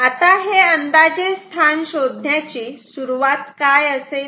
आता हे अंदाजे स्थान शोधण्याची सुरुवात काय असेल